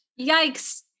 Yikes